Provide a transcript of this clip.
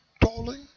darling